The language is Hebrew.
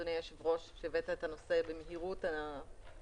אדוני היושב-ראש שהבאת את הנושא במהירות האפשרית.